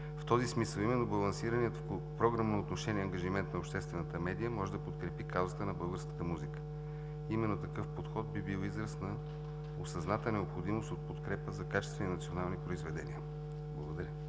В този смисъл именно балансираният в програмно отношение ангажимент на обществената медия може да подкрепи каузата на българската музика. Именно такъв подход би бил израз на осъзната необходимост от подкрепа за качествени национални произведения. Благодаря.